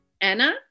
Anna